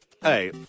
Hey